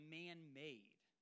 man-made